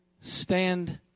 stand